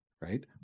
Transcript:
right